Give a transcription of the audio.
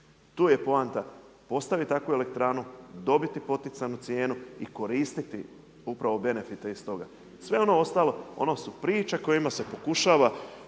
Tu je poanta postaviti takvu elektranu, dobiti poticajnu cijenu i koristiti upravo benefite iz toga. Sve ono ostalo, ono su priče kojima se pokušava